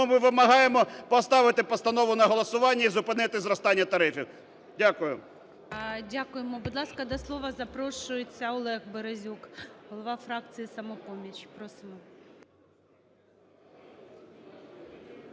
ми вимагаємо поставити постанову на голосування і зупинити зростання тарифів. Дякую. ГОЛОВУЮЧИЙ. Дякуємо. Будь ласка, до слова запрошується Олег Березюк, голова фракції "Самопоміч". Просимо.